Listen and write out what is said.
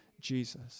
Jesus